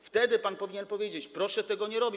Wtedy pan powinien powiedzieć: proszę tego nie robić.